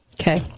Okay